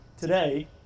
today